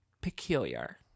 Peculiar